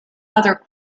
other